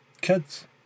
kids